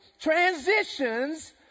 Transitions